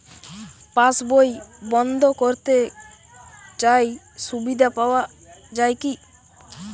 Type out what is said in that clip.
পাশ বই বন্দ করতে চাই সুবিধা পাওয়া যায় কি?